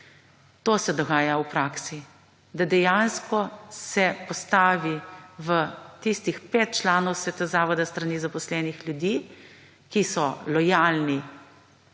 To se dogaja v praksi, da dejansko se postavi v tistih pet članov sveta zavoda s strani zaposlenih ljudi, ki so lojalni